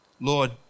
Lord